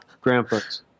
grandpa's